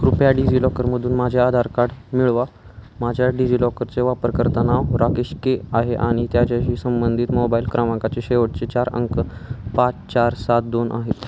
कृपया डिजिलॉकरमधून माझे आधार कार्ड मिळवा माझ्या डिजिलॉकरचे वापरकर्ता नाव राकेश के आहे आणि त्याच्याशी संबंधित मोबाईल क्रमांकाचे शेवटचे चार अंक पाच चार सात दोन आहेत